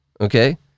Okay